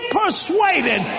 persuaded